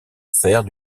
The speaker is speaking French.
faire